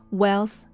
wealth